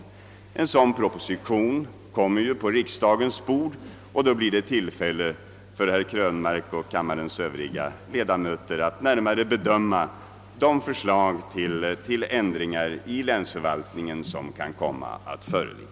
När en sådan proposition kommer på riksdagens bord, blir det tillfälle för herr Krönmark och kammarens övriga ledamöter att närmare bedöma de förslag till ändringar i länsförvaltningen som kan komma att föreligga.